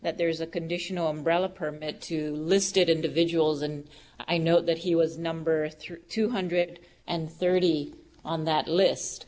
that there's a conditional umbrella permit to listed individuals and i know that he was number three two hundred and thirty on that list